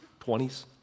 20s